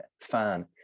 fan